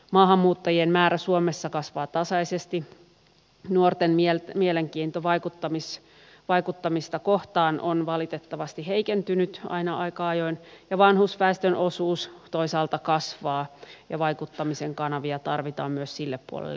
maahanmuuttajien määrä suomessa kasvaa tasaisesti nuorten mielenkiinto vaikuttamista kohtaan on valitettavasti heikentynyt aina aika ajoin ja vanhusväestön osuus toisaalta kasvaa ja vaikuttamisen kanavia tarvitaan myös sille puolelle enemmän